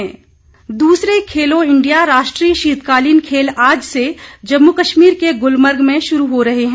खेलो India द्रसरे Khelo India राष्ट्रीय शीतकालीन खेल आज से जम्मू कश्मीर के गुलमर्ग में शुरू हो रहा है